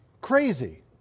crazy